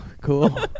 Cool